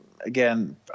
again